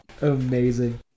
Amazing